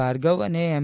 ભાર્ગવ અને એમ